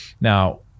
Now